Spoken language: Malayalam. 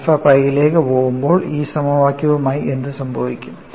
ആൽഫ പൈയിലേക്ക് പോകുമ്പോൾ ഈ സമവാക്യത്തിന് എന്ത് സംഭവിക്കും